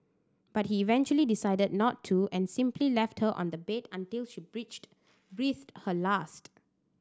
but he eventually decided not to and simply left her on the bed until she breached breathed her last